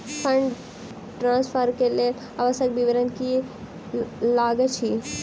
Fund transfer केँ लेल आवश्यक विवरण की की लागै छै?